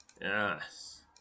Yes